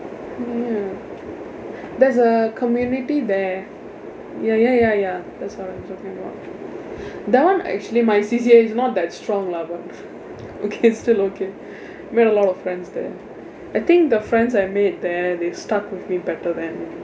ya there's a community there ya ya ya ya that's what I was talking about that one actually my C_C_A is not that strong lah but okay still okay made a lot of friends there I think the friends I made there they stuck with me better than